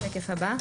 נעבור לשקף הבא.